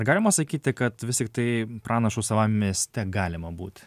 galima sakyti kad vis tiktai pranašu savam mieste galima būt